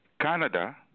Canada